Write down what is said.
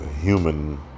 human